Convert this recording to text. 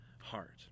heart